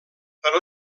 però